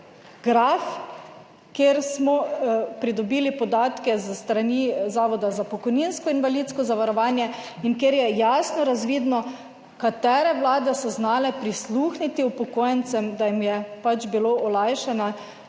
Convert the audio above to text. graf, kjer smo pridobili podatke s strani Zavoda za pokojninsko in invalidsko zavarovanje in kjer je jasno razvidno katere vlade so znale prisluhniti upokojencem, da jim je bilo olajšano